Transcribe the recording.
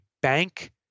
bank